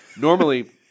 Normally